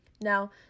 Now